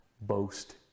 Boast